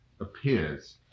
appears